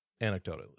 anecdotally